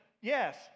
yes